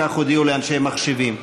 כך הודיעו לי אנשי מחשבים.